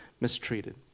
mistreated